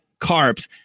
carbs